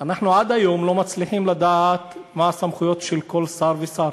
אנחנו עד היום לא מצליחים לדעת מה הסמכויות של כל שר ושר,